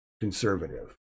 conservative